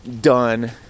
done